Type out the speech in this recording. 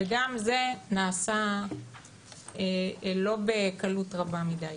וגם זה נעשה לא בקלות רבה מדי.